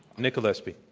nick gillespie.